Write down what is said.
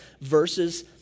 verses